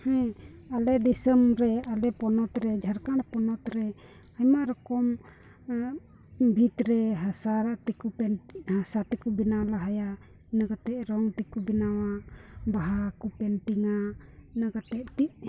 ᱦᱮᱸ ᱟᱞᱮ ᱫᱤᱥᱚᱢ ᱨᱮ ᱟᱞᱮ ᱯᱚᱱᱚᱛ ᱨᱮ ᱡᱷᱟᱲᱠᱷᱚᱸᱰ ᱯᱚᱱᱚᱛ ᱨᱮ ᱟᱭᱢᱟ ᱨᱚᱠᱚᱢ ᱵᱷᱤᱛ ᱨᱮ ᱦᱟᱥᱟ ᱛᱮᱠᱚ ᱵᱮᱱᱟᱣ ᱞᱟᱦᱟᱭᱟ ᱤᱱᱟᱹ ᱠᱟᱛᱮᱫ ᱨᱚᱝ ᱛᱮᱠᱚ ᱵᱮᱱᱟᱣᱟ ᱵᱟᱦᱟ ᱠᱚ ᱯᱮᱱᱴᱤᱝᱼᱟ ᱤᱱᱟᱹ ᱠᱟᱛᱮᱫ